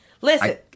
listen